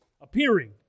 appearing